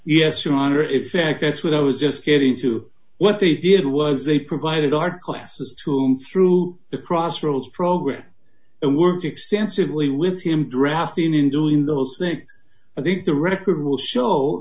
yes your honor if in fact that's what i was just getting to what they did was they provided art classes whom through the crossroads program and worked extensively with him drafting in doing those things i think the record will show